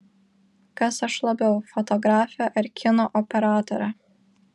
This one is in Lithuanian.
kas aš labiau fotografė ar kino operatorė